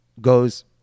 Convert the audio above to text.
goes